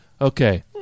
Okay